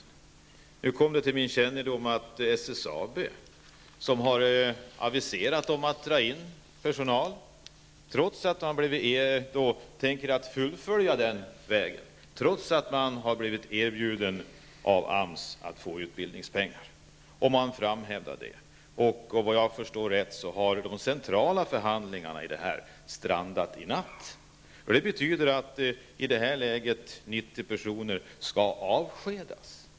Nu har det emellertid kommit till min kännedom att SSAB har aviserat om att dra in personal och kommer att fullfölja detta, trots att företaget av AMS har blivit erbjudet att få utbildningspengar. Såvitt jag förstår strandade de centrala förhandlingarna om detta i natt. Det betyder i detta läge att 90 personer skall avskedas.